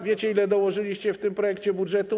Wiecie, ile dołożyliście w tym projekcie budżetu?